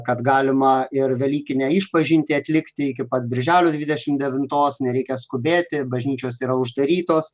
kad galima ir velykinę išpažintį atlikti iki pat birželio dvidešimt devintos nereikia skubėti bažnyčios yra uždarytos